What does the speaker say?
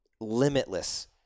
limitless